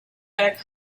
back